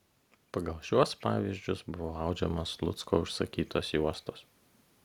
pagal šiuos pavyzdžius buvo audžiamos slucko užsakytos juostos